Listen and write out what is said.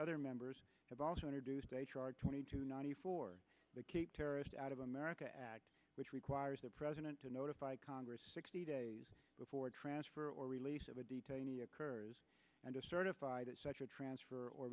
other members have also introduced h r twenty two ninety four the keep terrorists out of america act which requires the president to notify congress sixty days before a transfer or release of a detainee occurs and to certify that such a transfer or